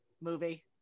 movie